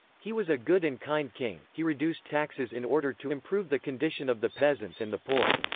he was a good and kind king he reduced taxes in order to improve the condition of the peasants and the poor.